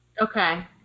Okay